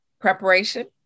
preparation